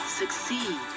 succeed